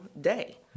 day